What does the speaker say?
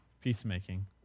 peacemaking